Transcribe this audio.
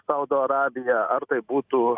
saudo arabija ar tai būtų